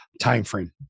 timeframe